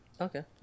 Okay